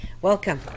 Welcome